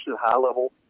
high-level